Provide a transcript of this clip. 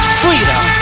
freedom